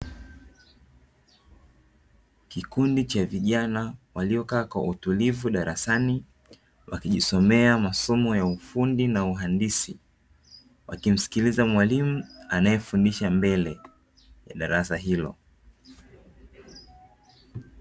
Kikundi cha vijana waliokaa kwa utulivu darasani, wakijisomea masomo ya ufundi na uhandisi, wakimsikiliza mwalimu anaefundisha mbele ya darasa hilo.